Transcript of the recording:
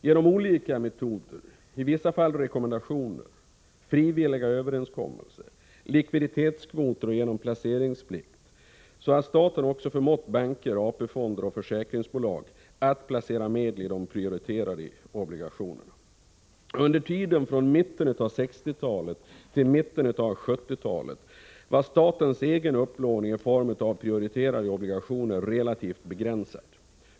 Genom olika metoder, i vissa fall rekommendationer och frivilliga överenskommelser, genom likviditetskvoter och genom placeringsplikt, har staten också förmått banker, AP-fonder och försäkringsbolag att placera medeli de prioriterade obligationerna. Under tiden från mitten av 1960-talet till mitten av 1970-talet var statens egen upplåning i form av prioriterade obligationer relativt begränsad.